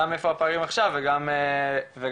גם איפה הפערים עכשיו וגם להבא.